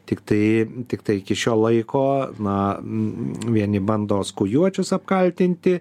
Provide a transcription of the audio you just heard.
tiktai tiktai iki šio laiko na vieni bando skojuočius apkaltinti